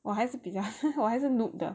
我还是比较我还是 noob 的